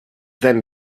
then